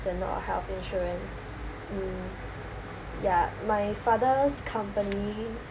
and not a health insurance mm yeah my father's company